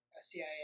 CIA